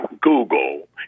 Google